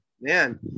man